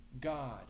God